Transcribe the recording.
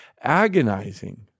agonizing